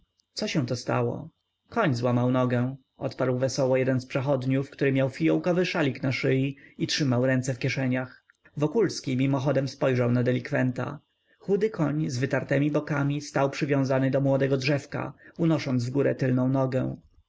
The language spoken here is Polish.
co się to stało koń złamał nogę odparł wesoło jeden z przechodniów który miał fijołkowy szalik na szyi i trzymał ręce w kieszeniach wokulski mimochodem spojrzał na delikwenta chudy koń z wytartemi bokami stał przywiązany do młodego drzewka unosząc w górę tylną nogę